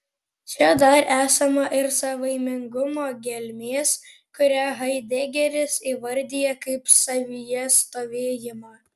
čia dar esama ir savaimingumo gelmės kurią haidegeris įvardija kaip savyje stovėjimą